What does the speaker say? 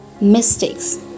mistakes